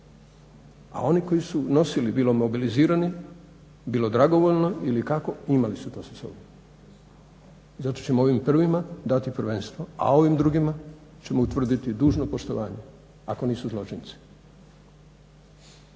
A oni koji su nosili bilo mobilizirani, bilo dragovoljno ili kako imali su to sa sobom. Zato ćemo ovim prvima dati prvenstvo, a ovim drugima ćemo utvrditi dužno poštovanje ako nisu zločinci.